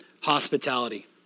hospitality